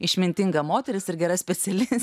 išmintinga moteris ir geras pasilikit